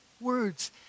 words